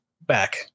back